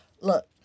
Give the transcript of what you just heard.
Look